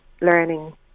learning